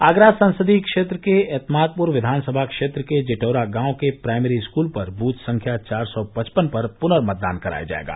आगरा संसदीय क्षेत्र के एत्मादपुर विधानसभा क्षेत्र के जेटौरा गांव के प्राइमरी स्कूल पर दृथ संख्या चार सौ पचपन पर पुनर्मतदान कराया जायेगा